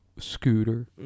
scooter